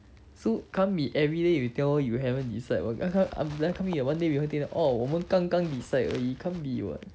so can't be everyday you tell you haven't decide [what] one day you haven't get it orh 我们刚刚 decide 而已 you can't be [what]